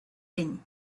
din